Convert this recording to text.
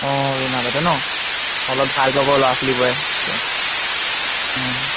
অঁ ৰুণা বাইদেউ নহ্ অলপ ভাল পাব ল'ৰা ছোৱালীবোৰে তেওঁক অঁ